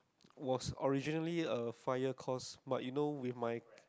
was originally a five year course but you know with my